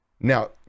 Now